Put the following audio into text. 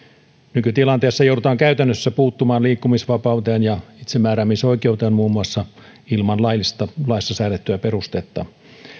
nykytilanteessa joudutaan käytännössä puuttumaan liikkumisvapauteen ja itsemääräämisoikeuteen ilman laillista laissa säädettyä perustetta